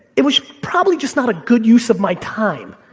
it was probably just not a good use of my time.